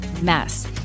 mess